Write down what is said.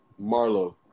Marlo